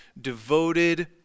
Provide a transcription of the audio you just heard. devoted